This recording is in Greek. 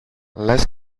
λες